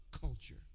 culture